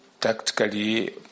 tactically